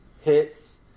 hits